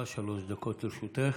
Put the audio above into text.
בבקשה, שלוש דקות לרשותך.